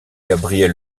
gabriel